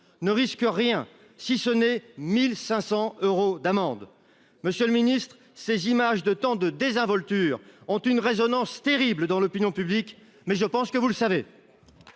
ne risque rien, si ce n'est 1500 euros d'amende. Monsieur le Ministre ces images de tant de désinvolture ont une résonance terribles dans l'opinion publique, mais je pense que vous le savez.